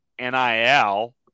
NIL